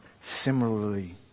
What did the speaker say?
similarly